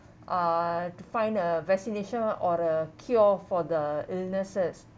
uh to find a vaccination or a cure for the illnesses